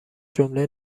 جمله